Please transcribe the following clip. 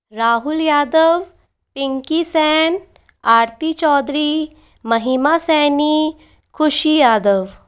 Rahul Yadav Pinki Sen Aarti Chaudhary Mahima Saini Khushi Yadav